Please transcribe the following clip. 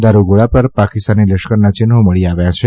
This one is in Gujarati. દારૂગોળા પર પાકિસ્તાની લશ્કરના ચિન્હો મળી આવ્યા છે